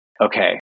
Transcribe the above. okay